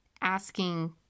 asking